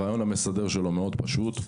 הרעיון המסדר שלו פשוט מאוד: